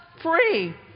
free